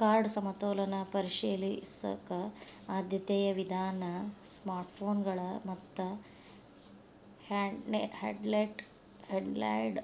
card ಸಮತೋಲನ ಪರಿಶೇಲಿಸಕ ಆದ್ಯತೆಯ ವಿಧಾನ ಸ್ಮಾರ್ಟ್ಫೋನ್ಗಳ ಮತ್ತ ಹ್ಯಾಂಡ್ಹೆಲ್ಡ್